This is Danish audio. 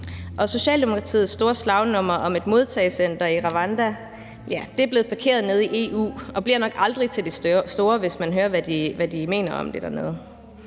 Socialdemokratiets store slagnummer om et modtagecenter i Rwanda er blevet parkeret nede i EU og bliver nok aldrig til det store, hvis man hører, hvad de mener om det dernede.